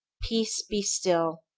peace, be still!